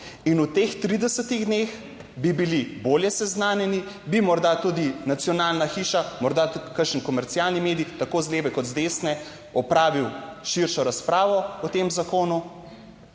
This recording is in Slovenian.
In v teh 30 dneh bi bili bolje seznanjeni, bi morda tudi nacionalna hiša, morda tudi kakšen komercialni medij, tako z leve kot z desne, opravil širšo razpravo o tem zakonu.